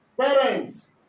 Parents